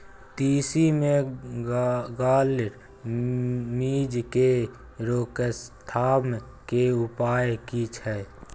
तिसी मे gall midge के रोकथाम के उपाय की छै?